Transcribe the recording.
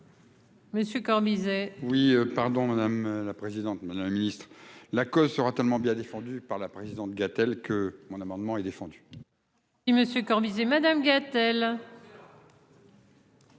Messieurs Corbizet. Oui, pardon madame la présidente, madame la Ministre, la cause sera tellement bien défendu par la présidente Gatel que mon amendement est défendu. Il me suis Corvisier Madame Keitel.